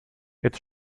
its